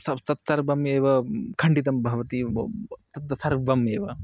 सब् सत् सर्वमेव खण्डितं भवति व् तद् सर्वमेव